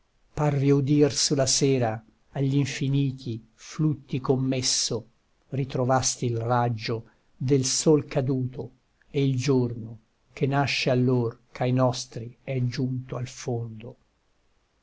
parve udir su la sera agl'infiniti flutti commesso ritrovasti il raggio del sol caduto e il giorno che nasce allor ch'ai nostri è giunto al fondo